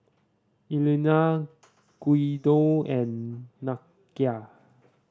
Elna Guido and Nakia